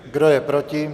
Kdo je proti?